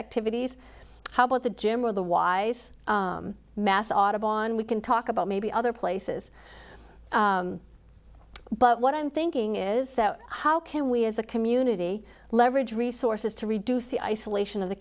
activities how about the gym or the wise mass audubon we can talk about maybe other places but what i'm thinking is that how can we as a community leverage resources to reduce the isolation